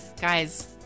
Guys